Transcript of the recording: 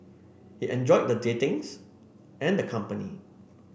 he enjoyed the dating and the company